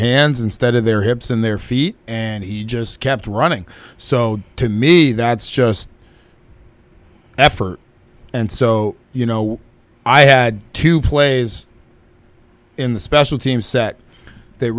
hands instead of their hips and their feet and he just kept running so to me that's just effort and so you know i had two plays in the special teams set that